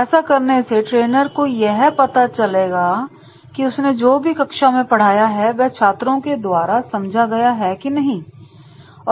ऐसा करने से ट्रेनर को यह पता चलता है कि उसने जो भी कक्षा में पढ़ाया है वह छात्रों के द्वारा समझा गया है कि नहीं